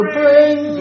bring